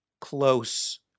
close